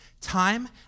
time